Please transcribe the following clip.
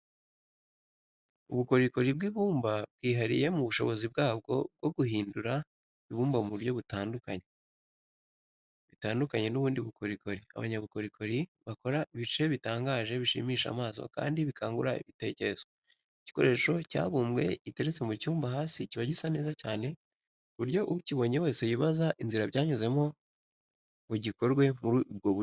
Ubukorikori bw'ibumba bwihariye mu bushobozi bwabwo bwo guhindura ibumba mu buryo butandukanye. Bitandukanye n'ubundi bukorikori, abanyabukorikori bakora ibice bitangaje bishimisha amaso kandi bikangura ibitekerezo. Igikoresho cyabumbwe giteretse mu cyumba hasi kiba gisa neza cyane, ku buryo ukibonye wese yibaza inzira byanyuzemo ngo gikorwe muri ubwo buryo.